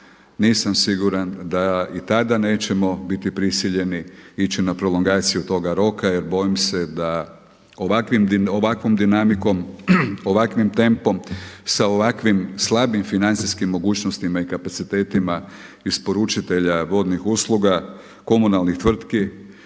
nisam siguran da i tada nećemo biti prisiljeni ići na prolongaciju toga roka jer bojim se da ovakvom dinamikom, ovakvim tempom sa ovakvim slabim financijskim mogućnostima i kapacitetima isporučitelja vodnih usluga komunalnih tvrtki